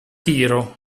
tiro